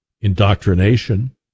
Indoctrination